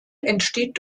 entsteht